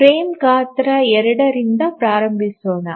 frame ಗಾತ್ರ 2 ರಿಂದ ಪ್ರಾರಂಭಿಸೋಣ